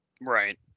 Right